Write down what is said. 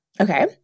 Okay